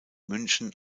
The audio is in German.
münchen